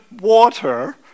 water